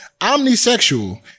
omnisexual